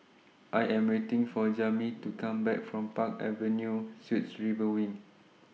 I Am waiting For Jami to Come Back from Park Avenue Suites River Wing